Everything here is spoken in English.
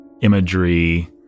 imagery